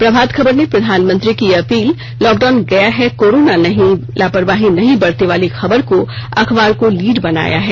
प्रभात खबर ने प्रधानमंत्री की अपील लॉकडाउन गया है कोरोना नहीं लापरवाही नहीं बरतें वाली खबर को अखबार को लीड बनाया है